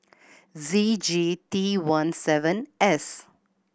Z G T one seven S